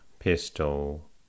pistol